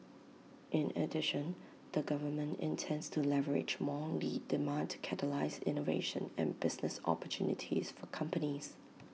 in addition the government intends to leverage more lead demand to catalyse innovation and business opportunities for companies